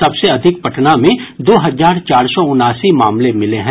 सबसे अधिक पटना में दो हजार चार सौ उनासी मामले मिले हैं